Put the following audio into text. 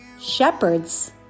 shepherds